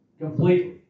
completely